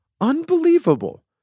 Unbelievable